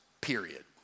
period